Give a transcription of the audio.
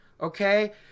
okay